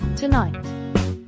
Tonight